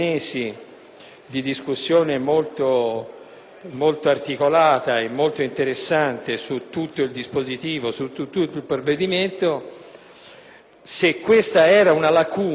di discussione molto articolata e molto interessante su tutto il provvedimento, se questa era una lacuna